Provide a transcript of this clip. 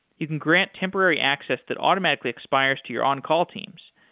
you can grant temporary access that automatically expires to your on call teams.